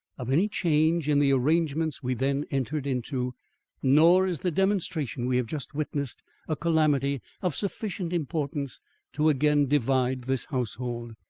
of any change in the arrangements we then entered into nor is the demonstration we have just witnessed a calamity of sufficient importance to again divide this household.